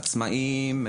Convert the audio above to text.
עצמאיים,